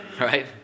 Right